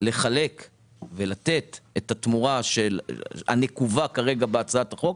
לחלק ולתת את התמורה הנקובה כרגע בהצעת החוק,